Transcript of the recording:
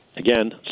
Again